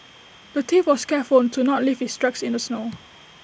the thief was careful to not leave his tracks in the snow